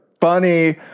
funny